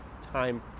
time